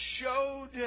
showed